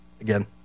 Again